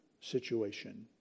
situation